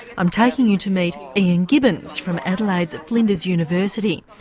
i'm taking you to meet ian gibbins from adelaide's flinders university.